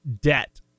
debt